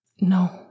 No